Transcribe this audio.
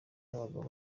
n’abagabo